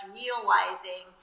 realizing